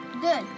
Good